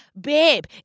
babe